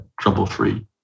trouble-free